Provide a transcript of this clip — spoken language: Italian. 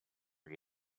gli